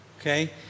okay